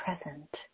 present